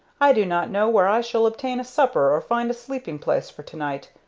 i do not know where i shall obtain a supper or find a sleeping-place for to-night,